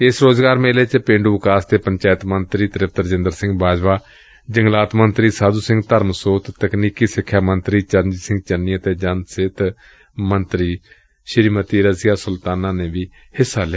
ਇਸ ਰੋਜ਼ਗਾਰ ਮੇਲੇ ਚ ਪੇਡੂ ਵਿਕਾਸ ਅਤੇ ਪੰਚਾਇਤ ਮੰਤਰੀ ਤ੍ਰਿਪਤ ਰਾਜਿੰਦਰ ਸਿੰਘ ਬਾਜਵਾ ਜੰਗਲਾਤ ਮੰਤਰੀ ਸਾਧੁ ਸਿੰਘ ਧਰਮਸੋਤ ਤਕਨੀਕੀ ਸਿਖਿਆ ਮੰਤਰੀ ਚਰਨਜੀਤ ਸਿੰਘ ਚੰਨੀ ਅਤੇ ਜਨ ਸਿਹਤ ਮੰਤਰੀ ਰਜੀਆ ਸੁਲਤਾਨਾ ਨੇ ਵੀ ਸ਼ਿਕਰਤ ਕੀਤੀ